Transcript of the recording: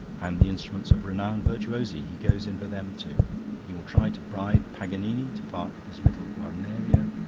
and the instruments of renowned virtuosi he goes in for them too he will try to bribe paganini to part with his little guarnerio,